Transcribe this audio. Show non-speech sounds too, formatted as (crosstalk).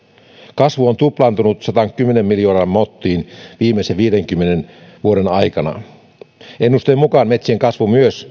kasvu on tuplaantunut sataankymmeneen miljoonaan mottiin viimeisten viidenkymmenen vuoden aikana ennusteen mukaan metsien kasvu myös (unintelligible)